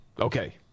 Okay